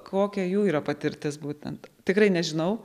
kokia jų yra patirtis būtent tikrai nežinau